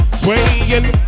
swaying